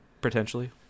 Potentially